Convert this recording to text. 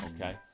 okay